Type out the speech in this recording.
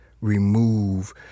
remove